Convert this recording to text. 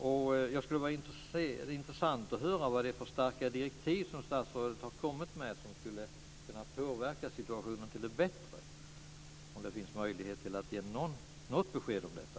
Det skulle vara intressant att höra vilka starka direktiv som statsrådet har kommit med och som skulle påverka situationen till det bättre, om det finns möjlighet att ge något besked om detta.